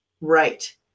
right